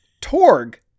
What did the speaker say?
Torg-